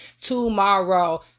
tomorrow